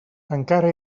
encara